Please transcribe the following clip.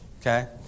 okay